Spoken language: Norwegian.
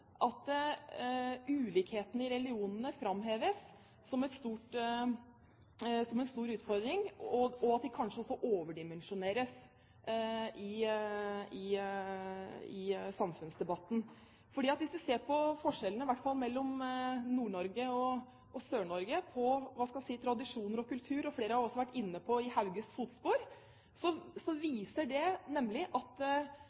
at ulikhetene i religionene framheves som en stor utfordring, og at de kanskje også overdimensjoneres i samfunnsdebatten. For hvis du ser på forskjellene, i hvert fall mellom Nord-Norge og Sør-Norge, i tradisjon og kultur – flere har også vært inne på i Hauges fotspor